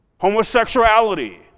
Homosexuality